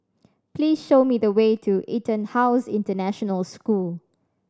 please show me the way to EtonHouse International School